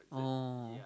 oh